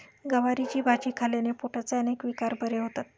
गवारीची भाजी खाल्ल्याने पोटाचे अनेक विकार बरे होतात